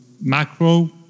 macro